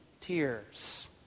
tears